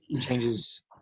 changes